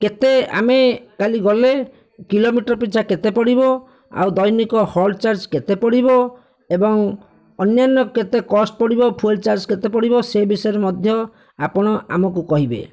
କେତେ ଆମେ କାଲି ଗଲେ କିଲୋମିଟର ପିଛା କେତେ ପଡ଼ିବ ଆଉ ଦୈନିକ ହଲ୍ଟ ଚାର୍ଜ କେତେ ପଡ଼ିବ ଏବଂ ଅନ୍ୟାନ୍ୟ କେତେ କଷ୍ଟ ପଡ଼ିବ ଫୁଏଲ ଚାର୍ଜ କେତେ ପଡ଼ିବ ସେ ବିଷୟରେ ମଧ୍ୟ ଆପଣ ଆମକୁ କହିବେ